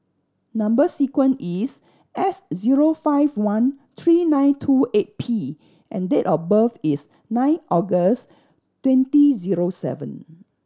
number sequence is S zero five one three nine two eight P and date of birth is nine August twenty zero seven